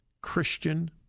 Christian